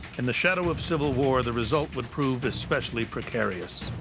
in the shadow of civil war, the result would prove especially precarious.